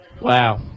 Wow